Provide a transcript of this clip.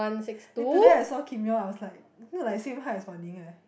eh today I saw Kim-Yong I was like look like same height as Wan-Ning eh